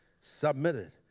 Submitted